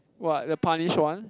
what the punish [one]